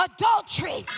adultery